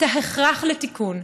ההכרח לתיקון,